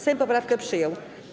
Sejm poprawkę przyjął.